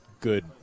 good